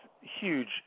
huge